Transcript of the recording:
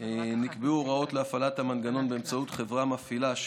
נקבעו הוראות להפעלת המנגנון באמצעות חברה מפעילה,